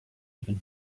even